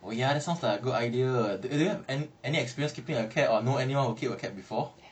oh ya that sounds like a good idea do you have any experience keeping a cat or know anyone who kept a cat before